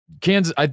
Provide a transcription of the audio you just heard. Kansas